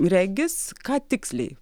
regis ką tiksliai